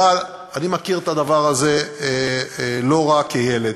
אבל אני מכיר את הדבר הזה לא רע כילד.